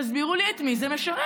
תסבירו לי, את מי זה משרת?